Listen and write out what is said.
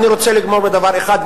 אני רוצה לגמור בדבר אחד,